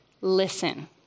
listen